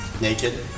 naked